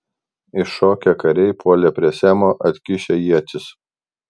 iššokę kariai puolė prie semo atkišę ietis